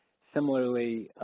similarly,